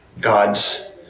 God's